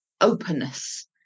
openness